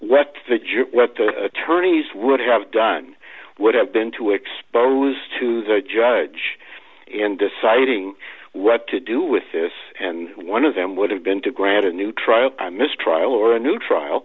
what the attorneys would have done would have been too exposed to the judge in deciding what to do with this and one of them would have been to grant a new trial mistrial or a new trial